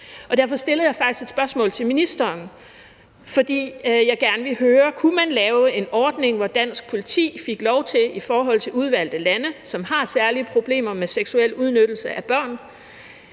Derfor stillede jeg faktisk et spørgsmål til ministeren. For jeg ville gerne høre, om man kunne lave en ordning, hvor dansk politi fik lov til i forhold til udvalgte lande, f.eks. Filippinerne, som har særlige problemer med seksuel udnyttelse af børn,